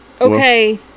Okay